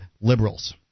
liberals